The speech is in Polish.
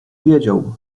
wiedział